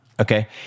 okay